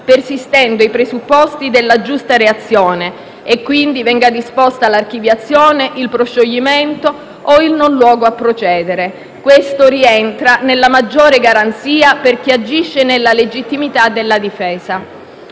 persistendo i presupposti della giusta reazione e, quindi, vengano disposti l'archiviazione, il proscioglimento o il non luogo a procedere. La previsione rientra nell'ambito di una maggiore garanzia per chi agisce nella legittimità della difesa.